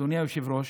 אדוני היושב-ראש,